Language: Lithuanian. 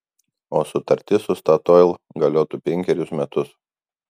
o sutartis su statoil galiotų penkerius metus